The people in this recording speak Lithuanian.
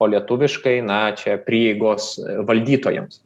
o lietuviškai na čia prieigos valdytojams